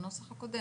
בנוסח הקודם,